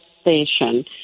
station